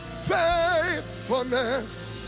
faithfulness